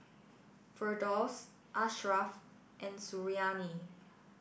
Firdaus Ashraf and Suriani